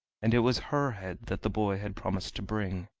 and it was her head that the boy had promised to bring.